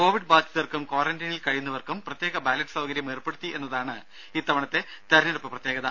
Covid ബാധിതർക്കും ക്വാറന്റൈനിൽ കഴിയുന്നവർക്കും പ്രത്യേക ബാലറ്റ് സൌകര്യം ഏർപ്പെടുത്തി എന്നതാണ് ഇത്തവണത്തെ തെരഞ്ഞെടുപ്പ് പ്രത്യേകത